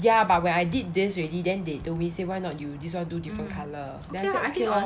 ya but when I did this already then they told me say why not you this [one] do different colour then I say ok lor